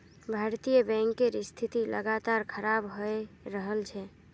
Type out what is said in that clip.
भारतीय बैंकेर स्थिति लगातार खराब हये रहल छे